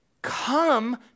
Come